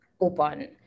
open